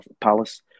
Palace